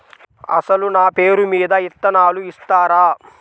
అసలు నా పేరు మీద విత్తనాలు ఇస్తారా?